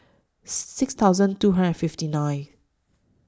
six thousand two hundred fifty nine